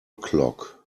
clock